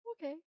Okay